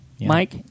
Mike